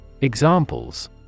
Examples